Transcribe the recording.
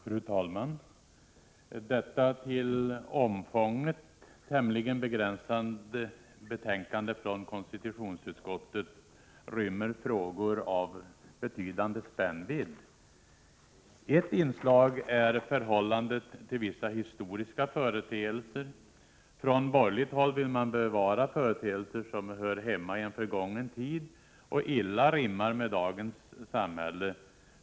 Fru talman! Detta till omfånget tämligen begränsade betänkande från konstitutionsutskottet rymmer frågor av betydande spännvidd. Ett inslag är förhållandet till vissa historiska företeelser. Från borgerligt håll vill man bevara företeelser som hör hemma i en förgången tid och illa rimmar med dagens samhälle.